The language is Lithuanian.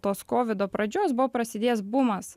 tos kovido pradžios buvo prasidėjęs bumas